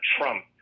Trump